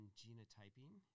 genotyping